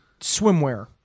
swimwear